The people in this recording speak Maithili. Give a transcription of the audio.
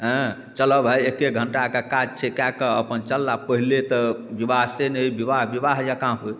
हँ चलऽ भाय एके घण्टाके काज छै कए कऽ अपन चलला पहिले तऽ बिवाह से नहि हय बिवाह बिवाह जेकाँ होइ